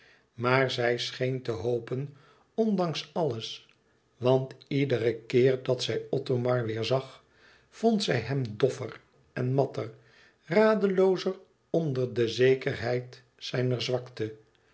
maar zij scheen te hopen ondanks alles want iederen keer dat zij othomar weêr zag vond zij hem doffer en matter radeloozer onder de zekerheid zijner zwakte